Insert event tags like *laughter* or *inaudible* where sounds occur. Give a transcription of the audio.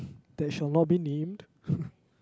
that shall not be named *breath*